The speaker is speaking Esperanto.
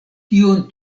tiun